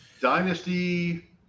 Dynasty